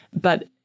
But-